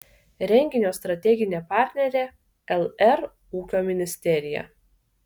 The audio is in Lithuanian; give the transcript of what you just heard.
renginio strateginė partnerė lr ūkio ministerija